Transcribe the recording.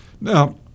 Now